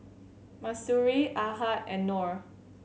Mahsuri Ahad and Nor